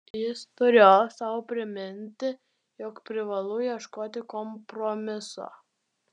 jis turėjo sau priminti jog privalu ieškoti kompromiso